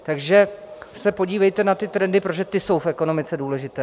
Takže se podívejte na ty trendy, protože ty jsou v ekonomice důležité.